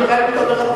אני יכולה לענות,